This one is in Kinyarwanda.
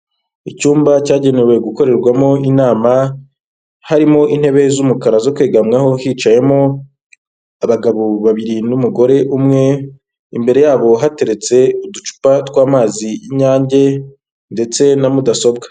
Icyumba cyagenewe gukorerwamo inama harimo intebe z'umukara zo kwegamwaho hicayemo abagabo babiri n'umugore umwe, imbere y'abo hateretse uducupa tw'amazi y'inyange ndetse na mudasobwa.